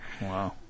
Wow